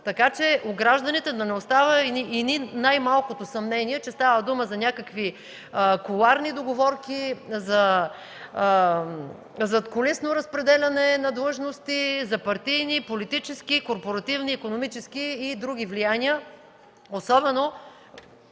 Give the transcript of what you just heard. така че у гражданите да не остава ни най малкото съмнение, че става дума за някакви кулоарни договорки, за задкулисно разпределяне на длъжности, за партийни, политически, корпоративни, икономически и други влияния, особено